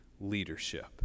leadership